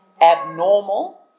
abnormal